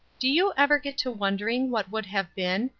do you ever get to wondering what would have been,